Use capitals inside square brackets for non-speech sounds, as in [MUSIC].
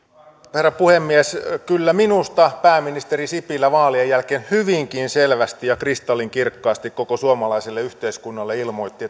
herra puhemies kyllä minusta pääministeri sipilä vaalien jälkeen hyvinkin selvästi ja kristallinkirkkaasti koko suomalaiselle yhteiskunnalle ilmoitti [UNINTELLIGIBLE]